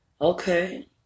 Okay